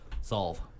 Solve